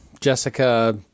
Jessica